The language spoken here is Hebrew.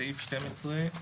בסעיף 12,